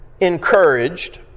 encouraged